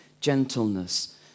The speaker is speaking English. gentleness